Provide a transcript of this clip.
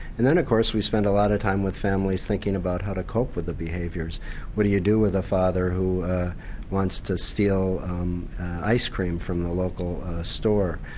and then of course we spend a lot of time with families thinking about how to cope with the behaviours what do you do with a father who wants to steal icecream from the local store?